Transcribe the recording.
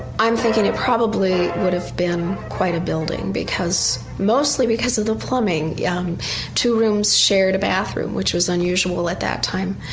i'm thinking it probably would have been quite a building because mostly because of the plumbing two rooms shared a bathroom, which was unusual at that time.